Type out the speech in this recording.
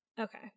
okay